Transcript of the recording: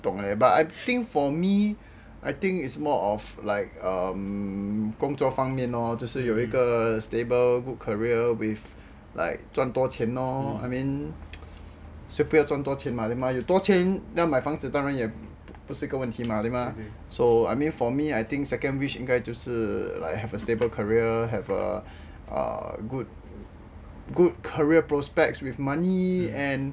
不懂 leh but I think for me I think is more of like um 工作方面 lor 就是有一个 stable good career with like 赚多钱 lor I mean 谁不要赚多钱 mah then mah 有多钱买房子当然也不是个问题 mah 对吗 so I mean for me I think second wish 应该就是 like have a stable career have a good good career prospects with money and